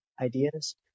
ideas